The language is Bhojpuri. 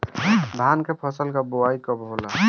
धान के फ़सल के बोआई कब होला?